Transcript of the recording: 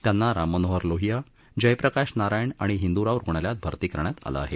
त्यांना राममनोहर लोहिया जयप्रकाश नारायण आणि हिंदूराव रुग्णालयात भर्ती करण्यात आलं आहे